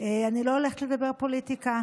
אני לא הולכת לדבר פוליטיקה,